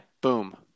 Boom